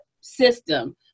system